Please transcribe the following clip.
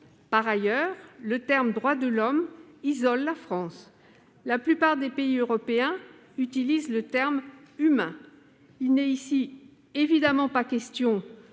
Par ailleurs, l'expression « droits de l'homme » isole la France. La plupart des pays européens utilisent « droits humains ». Il n'est évidemment pas question